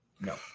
No